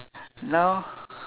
now